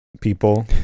people